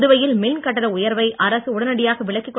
புதுவையில் மின் கட்டண உயர்வை அரசு உடனடியாக விலக்கிக்